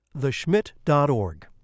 theschmidt.org